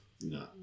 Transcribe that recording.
No